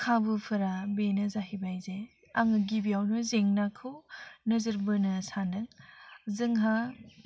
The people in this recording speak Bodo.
खाबुफोरा बिनो जाहैबाय जे आङो गिबियावनो जेंनाखौ नोजोर बोनो सानो जोंहा